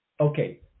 Okay